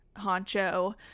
honcho